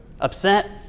Upset